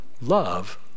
love